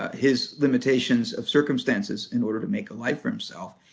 his limitations of circumstances in order to make a life for himself.